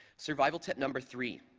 survival tip number three